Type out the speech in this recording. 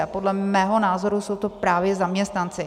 A podle mého názoru jsou to právě zaměstnanci.